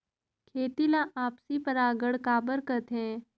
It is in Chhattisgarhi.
खेती ला आपसी परागण काबर करथे?